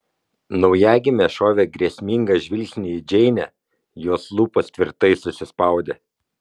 naujagimė šovė grėsmingą žvilgsnį į džeinę jos lūpos tvirtai susispaudė